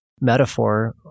metaphor